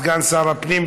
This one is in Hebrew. סגן שר הפנים,